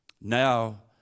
Now